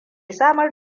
samar